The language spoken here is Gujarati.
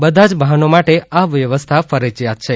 બધા જ વાહનો માટે આ વ્યવસ્થા ફરજિયાત છે